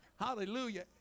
Hallelujah